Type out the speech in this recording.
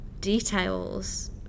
details